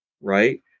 right